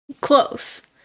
Close